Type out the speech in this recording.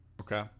Okay